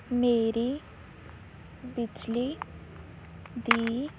ਮੇਰੀ ਬਿਜਲੀ ਦੀ